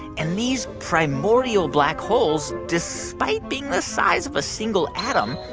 and these primordial black holes, despite being the size of a single atom,